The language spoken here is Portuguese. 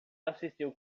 assistiu